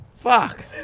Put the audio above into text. Fuck